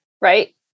Right